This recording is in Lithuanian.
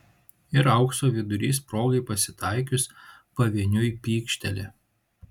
ir aukso vidurys progai pasitaikius pavieniui pykšteli